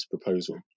proposal